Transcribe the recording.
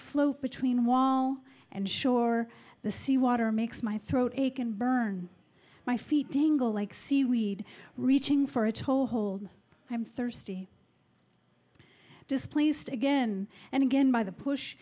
float between wall and shore the sea water makes my throat ache and burn my feet dangle like seaweed reaching for a toehold i'm thirsty displaced again and again by the push